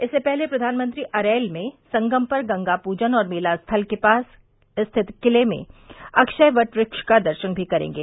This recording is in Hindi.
इससे पहले प्रधानमंत्री अरैल में संगम पर गंगा पूजन और मेला स्थल के पास स्थित किले में अक्षय वट वृक्ष का दर्शन भी करेंगे